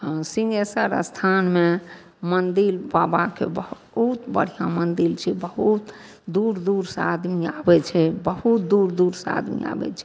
हँ सिँहेश्वर अस्थानमे मन्दिर बाबाके बहुत बढ़िआँ मन्दिर छै बहुत दूर दूरसे आदमी आबै छै बहुत दूर दूरसे आदमी आबै छै